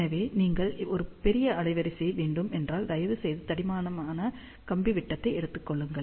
எனவே நீங்கள் ஒரு பெரிய அலைவரிசை வேண்டும் என்றால் தயவுசெய்து தடிமனான கம்பி விட்டத்தை எடுத்துக் கொள்ளுங்கள்